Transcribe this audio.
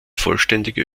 vollständige